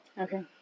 okay